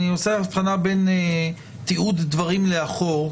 אני עושה הבחנה בין תיעוד דברים לאחור,